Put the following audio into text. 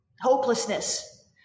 hopelessness